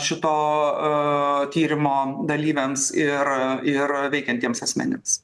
šito a tyrimo dalyviams ir a ir a veikiantiems asmenims